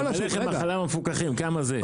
הלחם והחלב המפוקחים, כמה זה?